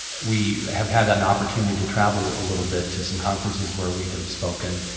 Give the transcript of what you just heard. we have had an opportunity to travel a little bit to some conferences where we have spoken,